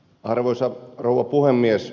arvoisa rouva puhemies